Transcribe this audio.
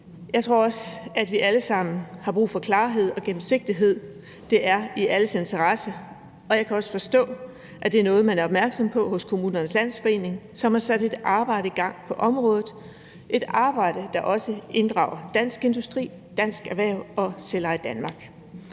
Jeg tror også, at vi alle sammen har brug for klarhed og gennemsigtighed; det er i alles interesse, og jeg kan også forstå, at det er noget, man er opmærksom på hos Kommunernes Landsforening, som har sat et arbejde i gang på området – et arbejde, der også inddrager Dansk Industri, Dansk Erhverv og Selveje Danmark.